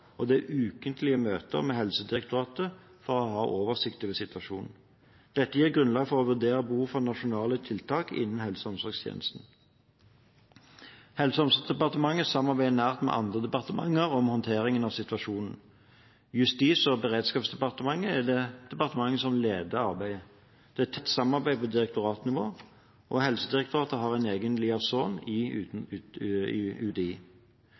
og det er ukentlige møter med Helsedirektoratet for å ha oversikt over situasjonen. Dette gir grunnlag for å vurdere behov for nasjonale tiltak innen helse- og omsorgstjenesten. Helse- og omsorgsdepartementet samarbeider nært med andre departementer om håndteringen av situasjonen. Justis- og beredskapsdepartementet er det departementet som leder arbeidet. Det er tett samarbeid på direktoratnivå, og Helsedirektoratet har en egen liaison i